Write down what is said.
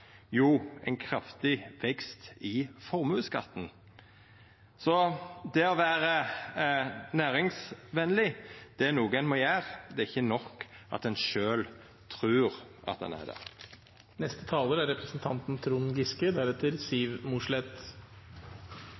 ein kraftig vekst i formuesskatten. Så det å vera næringsvenleg er noko ein må gjera, det er ikkje nok at ein sjølv trur at ein er